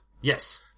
Yes